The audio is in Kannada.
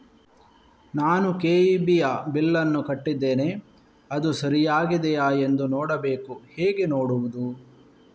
ನಾನು ಕೆ.ಇ.ಬಿ ಯ ಬಿಲ್ಲನ್ನು ಕಟ್ಟಿದ್ದೇನೆ, ಅದು ಸರಿಯಾಗಿದೆಯಾ ಎಂದು ನೋಡಬೇಕು ಹೇಗೆ ನೋಡುವುದು?